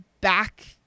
back